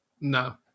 no